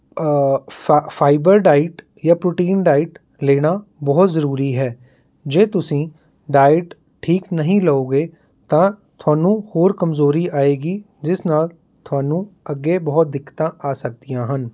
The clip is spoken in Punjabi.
ਫਾਈਬਰ ਡਾਈਟ ਜਾਂ ਪ੍ਰੋਟੀਨ ਡਾਈਟ ਲੈਣਾ ਬਹੁਤ ਜ਼ਰੂਰੀ ਹੈ ਜੇ ਤੁਸੀਂ ਡਾਈਟ ਠੀਕ ਨਹੀਂ ਲਉਗੇ ਤਾਂ ਤੁਹਾਨੂੰ ਹੋਰ ਕਮਜ਼ੋਰੀ ਆਏਗੀ ਜਿਸ ਨਾਲ ਤੁਹਾਨੂੰ ਅੱਗੇ ਬਹੁਤ ਦਿੱਕਤਾਂ ਆ ਸਕਦੀਆਂ ਹਨ